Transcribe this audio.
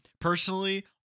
Personally